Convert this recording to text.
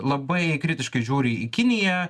labai kritiškai žiūri į kiniją